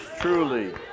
truly